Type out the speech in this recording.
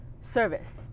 service